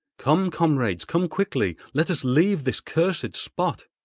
come, comrades come quickly! let us leave this cursed spot